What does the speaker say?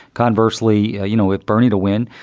conversely, you know, if bernie to win.